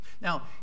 Now